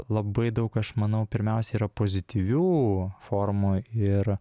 labai daug aš manau pirmiausia yra pozityvių formų ir